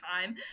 time